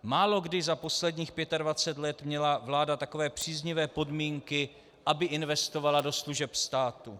Málokdy za posledních 25 let měla vláda takové příznivé podmínky, aby investovala do služeb státu.